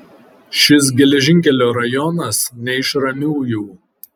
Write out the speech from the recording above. šis geležinkelio rajonas ne iš ramiųjų